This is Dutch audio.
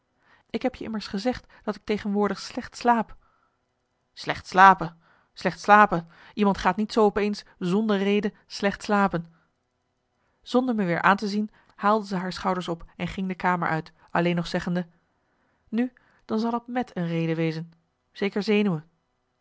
ik heb je immers gezegd dat ik tegenwoordig slecht slaap slecht slapen slecht slapen iemand gaat niet zoo op eens zonder reden slecht slapen zonder me weer aan te zien haalde zij haar schouders op en ging de kamer uit alleen nog zeggende nu dan zal t met een reden wezen zeker zenuwen